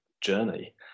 journey